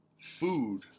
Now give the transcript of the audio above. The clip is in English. Food